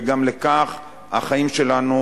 וגם לכך החיים שלנו,